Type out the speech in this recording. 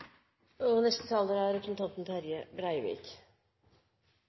løp. Neste taler er representanten